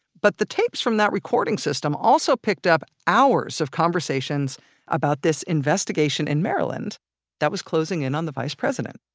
but the tapes from that recording system also picked up hours of conversations about this investigation in maryland that was closing in on the vice president